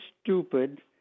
stupid